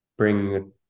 bring